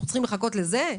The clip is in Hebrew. צריך לחכות לזה?